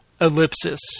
Ellipsis